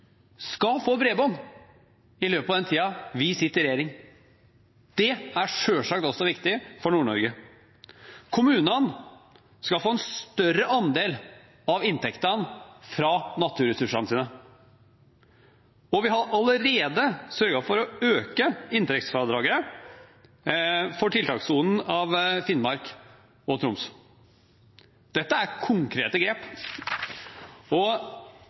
skal få bredbånd i løpet av den tiden vi sitter i regjering. Det er selvsagt også viktig for Nord-Norge. Kommunene skal få en større andel av inntektene fra naturressursene sine, og vi har allerede sørget for å øke inntektsfradraget for tiltakssonen i Finnmark og Troms. Dette er konkrete grep, og